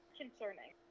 concerning